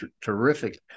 terrific